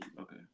Okay